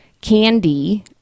Candy